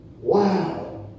Wow